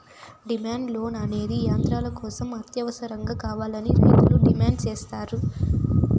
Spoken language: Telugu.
డిమాండ్ లోన్ అనేది యంత్రాల కోసం అత్యవసరంగా కావాలని రైతులు డిమాండ్ సేత్తారు